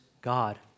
God